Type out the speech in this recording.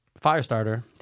Firestarter